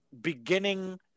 beginning